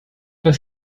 pas